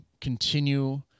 continue